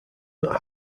not